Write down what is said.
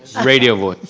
radio voice.